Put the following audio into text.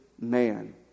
man